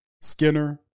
Skinner